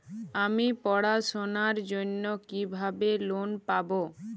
আমি পড়াশোনার জন্য কিভাবে লোন পাব?